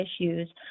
issues